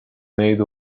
made